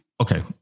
okay